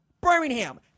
Birmingham